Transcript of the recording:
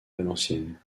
valenciennes